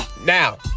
now